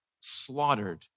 slaughtered